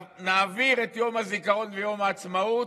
נעביר את יום הזיכרון ויום העצמאות,